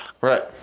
Right